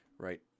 Right